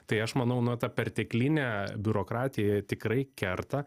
tai aš manau na ta perteklinė biurokratija tikrai kerta